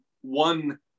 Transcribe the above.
one